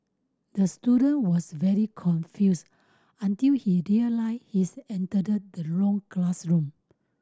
the student was very confused until he realised he's entered the wrong classroom